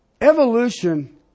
Evolution